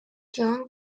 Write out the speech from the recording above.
jan